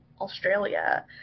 Australia